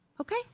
Okay